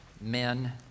men